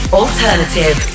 alternative